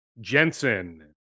Jensen